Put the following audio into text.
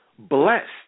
Blessed